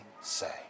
say